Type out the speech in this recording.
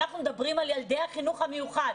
אנחנו מדברים על תלמידי החינוך המיוחד.